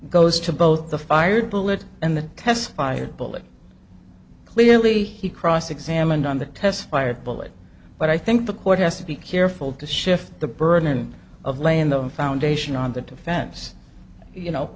goes to both the fired bullet and the test fired bullet clearly he cross examined on the test fired bullet but i think the court has to be careful to shift the burden of laying the foundation on the defense you know